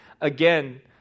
again